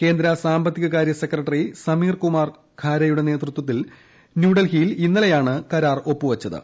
കേന്ദ്ര സാമ്പത്തിക കാര്യ സെക്രട്ട്റി സ്മീർകുമാർ ഖാരെയുടെ സാന്നിദ്ധ്യത്തിൽ ന്യൂഏൽഹിയിൽ ഇന്നലെയാണ് കരാർ ഒപ്പു വച്ചത്